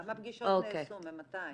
כמה פגישות נעשו, ממתי?